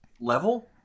level